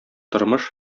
тормыш